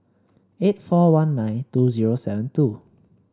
eight four one nine two zero seven two